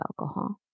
alcohol